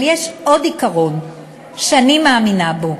אבל יש עוד עיקרון שאני מאמינה בו.